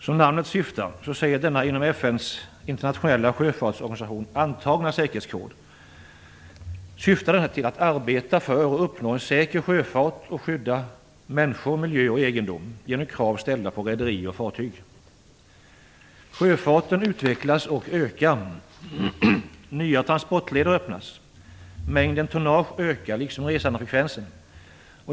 Som namnet säger syftar denna inom FN:s internationella sjöfartsorganisation antagna säkerhetskod till att man skall arbeta för att uppnå en säker sjöfart och skydda människor, miljö och egendom genom krav ställda på rederier och fartyg. Sjöfarten utvecklas och ökar. Nya transportleder öppnas. Mängden tonnage ökar, liksom resandefrekvensen.